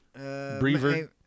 Breaver